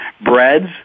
breads